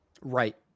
Right